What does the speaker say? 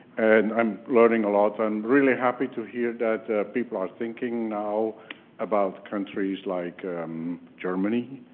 and i'm learning a lot. i'm really happy to hear that people are thinking now about countries like germany,